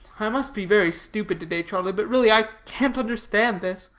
i must be very stupid to-day, charlie, but really, i can't understand this.